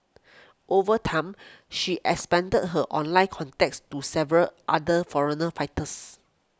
over time she expanded her online contacts to several other foreigner fighters